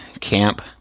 camp